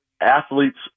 athletes